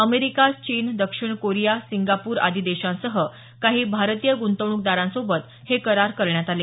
America चीन दक्षिण Korea Singapore आदी देशांसह काही भारतीय गुंतवणुकदारांसोबत हे करार करण्यात आले